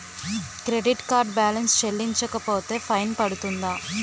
Credit card balance చెల్లించకపోతే fine పడ్తుంద?